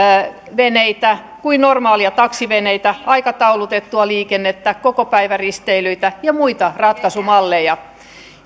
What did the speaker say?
veneitä kuin normaaleja taksiveneitä aikataulutettua liikennettä kokopäiväristeilyitä ja muita ratkaisumalleja